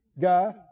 guy